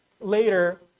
later